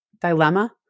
Dilemma